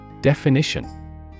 Definition